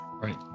Right